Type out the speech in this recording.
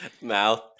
mouth